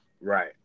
Right